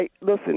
Listen